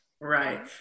Right